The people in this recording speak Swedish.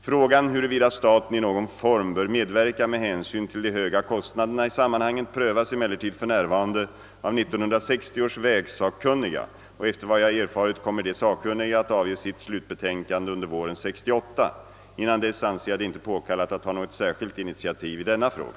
Frågan huruvida staten i någon form bör medverka med hänsyn till de höga kostnaderna i sammanhanget prövas emellertid f.n. av 1960 års vägsakkunniga, och efter vad jag erfarit kommer de sakkunniga att avge sitt slutbetänkande under våren 1968. Innan dess anser jag det inte påkallat att ta något särskilt initiativ i denna fråga.